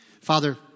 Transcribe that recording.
Father